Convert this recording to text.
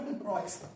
Right